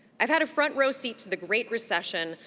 i've had a front row seat to the great recession,